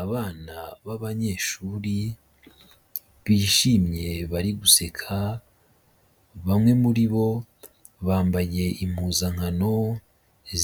Abana babanyeshuri bishimye bari guseka, bamwe muri bo bambaye impuzankano